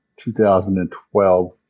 2012